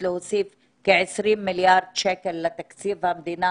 להוסיף כ-20 מיליארד שקל לתקציב המדינה